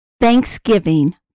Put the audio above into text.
Thanksgiving